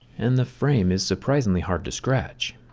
and the frame is surprisingly hard to scratch.